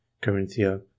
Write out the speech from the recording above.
Corinthia